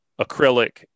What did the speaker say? acrylic